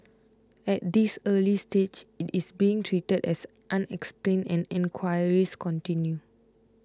at this early stage it is being treated as unexplained and enquiries continue